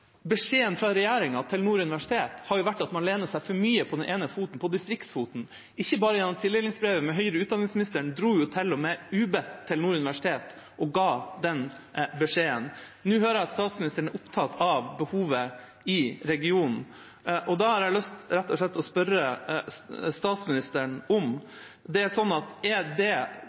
Beskjeden fra regjeringa til Nord universitet har jo vært at man lener seg for mye på den ene foten, på distriktsfoten – ikke bare gjennom tildelingsbrevet, høyere utdanningsministeren dro til og med ubedt til Nord universitet og ga den beskjeden. Nå hører jeg at statsministeren er opptatt av behovet i regionen, og da har jeg rett og slett lyst til å spørre statsministeren om det er sånn at det behovet man har i regionen, er